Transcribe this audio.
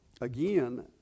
again